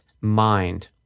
mind